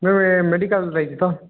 ma'am ଇଏ medical ତ